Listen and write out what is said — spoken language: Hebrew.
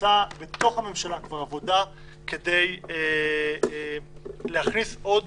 עשה בתוך הממשלה עבודה כדי להכניס עוד